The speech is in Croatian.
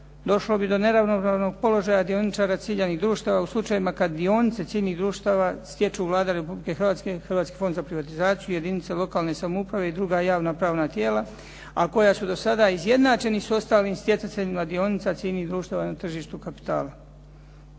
došlo bi do neravnopravnog položaja dioničara ciljanih društava u slučajevima kada dionice ciljnih društava stječu Vlada Republike Hrvatske, Hrvatski fond za privatizaciju, jedinice lokalne samouprave i druga javna pravna tijela, a koja su do sada izjednačeni s ostalim stjecateljima dionica ciljnih društava na tržištu kapitala.